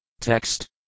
Text